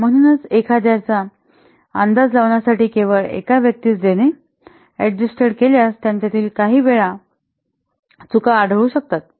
म्हणूनच एखाद्याचा अंदाज लावण्यासाठी केवळ एका व्यक्तीस देणे अडजस्टेड केल्यास त्यांच्यातील काही वेळा चुका आढळू शकतात